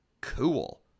Cool